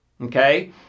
Okay